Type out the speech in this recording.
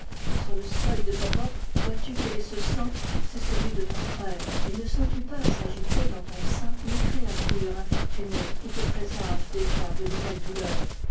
sur le seuil de ta porte vois-tu quel est ce sang c'est celui de ton frère et ne sens-tu pas s'agiter dans ton sein une créature infortunée qui te présage déjà de nouvelles douleurs